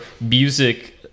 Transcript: music